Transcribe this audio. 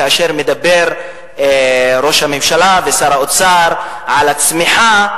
כאשר ראש הממשלה ושר האוצר מדברים על הצמיחה,